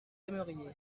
aimeriez